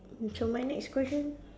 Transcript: so my next question